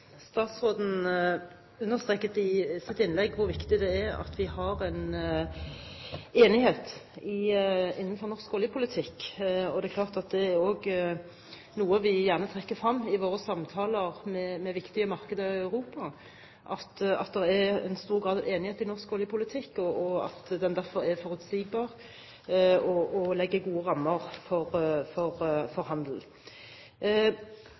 at vi har en enighet innenfor norsk oljepolitikk. Det er klart at det også er noe vi gjerne trekker frem i våre samtaler med viktige markeder i Europa, at det er en stor grad av enighet i norsk oljepolitikk, og at den derfor er forutsigbar og legger gode rammer for